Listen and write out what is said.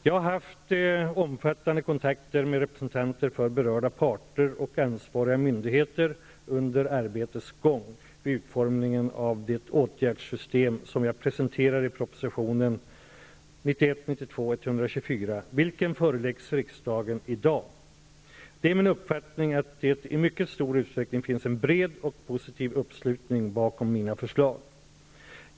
Jag har haft omfattande kontakter med representanter för berörda parter och ansvariga myndigheter under arbetets gång vid utformningen av det åtgärdssystem som jag presenterar i propositionen 1991/92:124, vilken föreläggs riksdagen i dag. Det är min uppfattning att det i mycket stor utsträckning finns en bred och positiv uppslutning bakom mina förslag.